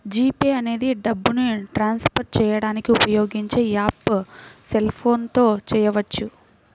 G Pay అనేది డబ్బుని transfer చేయడానికి ఉపయోగించే యాప్పు సెల్ ఫోన్ తో చేయవచ్చు